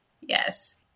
Yes